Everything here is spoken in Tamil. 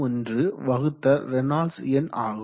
51 ரேனால்ட்ஸ் எண் ஆகும்